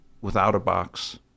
without-a-box